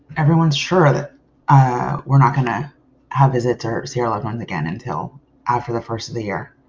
everyone's sure that ah we're not gonna have visits or see our loved ones again until after the first of the year.